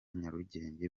nyarugenge